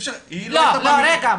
היא לא הייתה במרשם --- רגע,